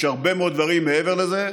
יש הרבה מאוד דברים מעבר לזה.